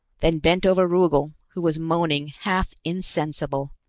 then bent over rugel, who was moaning, half insensible.